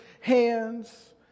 hands